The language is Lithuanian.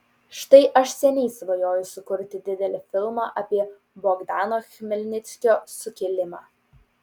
štai aš seniai svajoju sukurti didelį filmą apie bogdano chmelnickio sukilimą